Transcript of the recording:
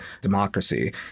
democracy